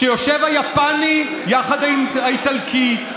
כשיושב היפני יחד עם האיטלקי,